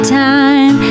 time